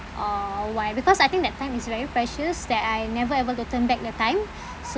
uh why because I think that time is very precious that I never ever to turn back the time so